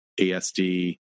ASD